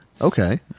okay